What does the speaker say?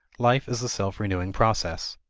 life is a self-renewing process.